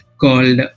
called